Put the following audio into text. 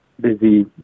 busy